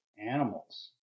animals